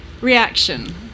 reaction